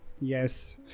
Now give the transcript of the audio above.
Yes